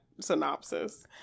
synopsis